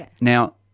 Now